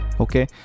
okay